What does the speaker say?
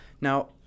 Now